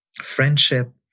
friendship